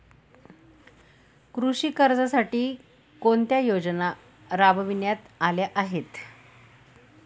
कृषी कर्जासाठी कोणत्या योजना राबविण्यात आल्या आहेत?